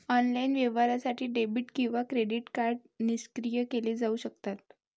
online व्यवहारासाठी debit किंवा credit card निष्क्रिय केले जाऊ शकतात